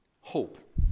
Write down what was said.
Hope